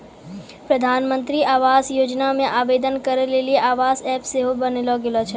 प्रधानमन्त्री आवास योजना मे आवेदन करै लेली आवास ऐप सेहो बनैलो गेलो छै